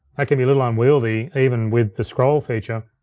that could be a little unwieldy even with the scroll feature.